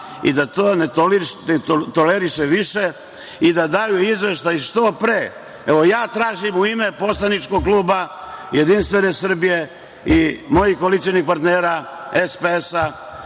i da to ne toleriše više. Neka daju izveštaj što pre. Evo, ja tražim, u ime Poslaničkog kluba Jedinstvene Srbije i mojih koalicionih partnera SPS